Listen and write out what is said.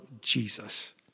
Jesus